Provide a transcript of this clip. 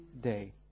day